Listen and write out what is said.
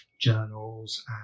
journals